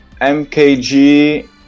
MKG